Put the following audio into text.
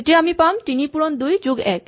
তেতিয়া আমি পাম ৩ পুৰণ ২ যোগ ১